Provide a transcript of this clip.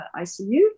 ICU